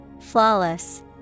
Flawless